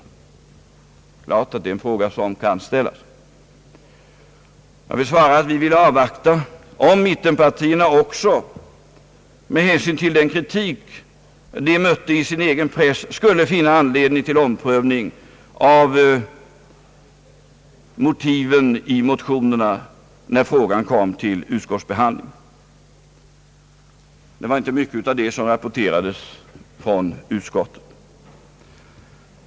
Det är klart att det är en fråga som kan ställas. Jag vill svara att vi ville avvakta om mittenpartierna också, med hänsyn till den kritik de mötte i sin egen press, skulle finna anledning till omprövning av motiven i motionerna när frågan kom till utskottsbehandling. Det var inte mycket sådant som rapporterades från utskottet.